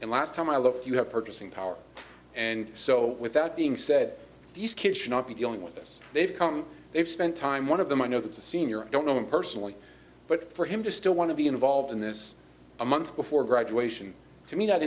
and last time i looked you have purchasing power and so with that being said these kids should not be dealing with this they've come they've spent time one of them i know that's a senior i don't know him personally but for him to still want to be involved in this a month before graduation to me that